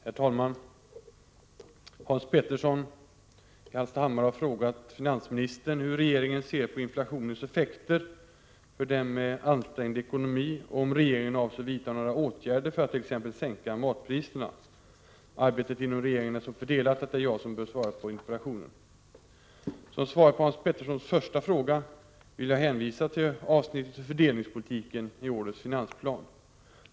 Herr talman! Hans Petersson i Hallstahammar har frågat finansministern hur regeringen ser på inflationens effekter för dem med ansträngd ekonomi och om regeringen avser vidta några åtgärder för attt.ex. sänka matpriserna. Arbetet inom regeringen är så fördelat att det är jag som bör svara på interpellationen. Som svar på Hans Peterssons första fråga vill jag hänvisa till avsnittet ”Fördelningspolitiken” i årets finansplan .